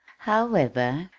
however,